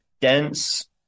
dense